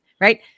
right